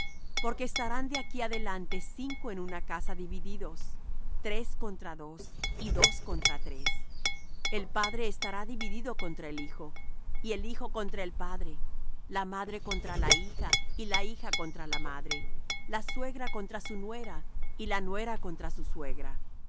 porque estarán de aquí adelante cinco en una casa divididos tres contra dos y dos contra tres el padre estará dividido contra el hijo y el hijo contra el padre la madre contra la hija y la hija contra la madre la suegra contra su nuera y la nuera contra su suegra